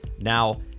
Now